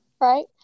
right